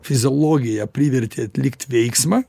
fiziologija privertė atlikt veiksmą